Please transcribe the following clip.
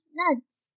nuts